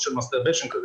--- כזה,